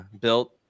built